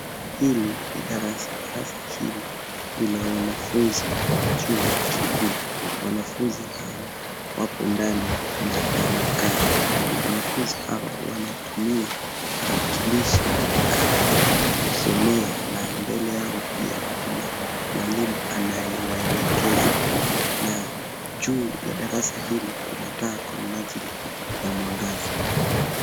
Hili ni darasa. Darasa hili ni la wanafuzi wa chuo kikuu. Wanafuzi hawa wapo ndani na wamekaa. Wanafunzi hawa wanatumia tarakilishi ya mpakato kusomea na mbele yao pia kuna mwalimu anayewaelekeza. Na juu ya darasa hili kuna taa kwa minajili ya mwangaza.